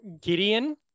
Gideon